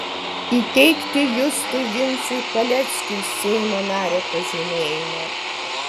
įteikti justui vincui paleckiui seimo nario pažymėjimą